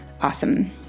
Awesome